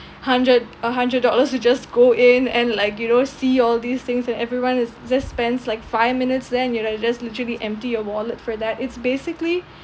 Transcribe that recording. hundred a hundred dollars to just go in and like you know see all these things that everyone is just spends like five minutes there and you know you just literally empty your wallet for that it's basically